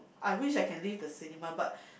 I wish I can leave the cinema but